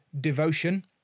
devotion